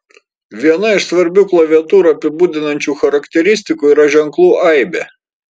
viena iš svarbių klaviatūrą apibūdinančių charakteristikų yra ženklų aibė